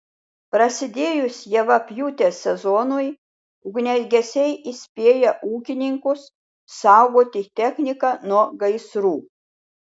prasidėjus javapjūtės sezonui ugniagesiai įspėja ūkininkus saugoti techniką nuo gaisrų